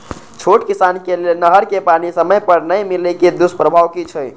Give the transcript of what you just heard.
छोट किसान के लेल नहर के पानी समय पर नै मिले के दुष्प्रभाव कि छै?